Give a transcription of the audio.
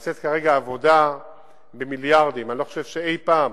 נעשית כרגע עבודה במיליארדים, אני לא חושב שאי-פעם